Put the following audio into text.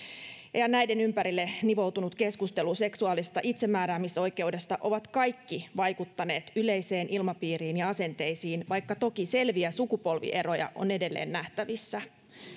ja ja näiden ympärille nivoutunut keskustelu seksuaalisesta itsemääräämisoikeudesta ovat kaikki vaikuttaneet yleiseen ilmapiiriin ja asenteisiin vaikka toki selviä sukupolvieroja on edelleen nähtävissä